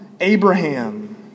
Abraham